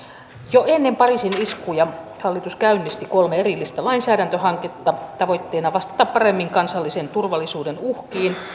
jo ennen pariisin iskuja hallitus käynnisti kolme erillistä lainsäädäntöhanketta tavoitteena vastata paremmin kansallisen turvallisuuden uhkiin ja